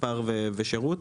מספר ושירות.